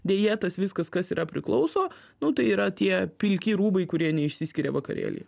deja tas viskas kas yra priklauso nu tai yra tie pilki rūbai kurie neišsiskiria vakarėlyje